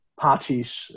parties